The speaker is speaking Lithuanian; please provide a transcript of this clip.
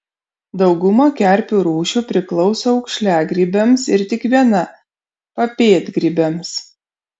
dauguma kerpių rūšių priklauso aukšliagrybiams ir tik viena papėdgrybiams